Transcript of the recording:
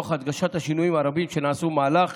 תוך הדגשת השינויים הרבים שנעשו במהלך